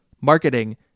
Marketing